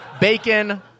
bacon